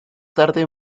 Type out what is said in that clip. tarde